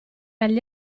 agli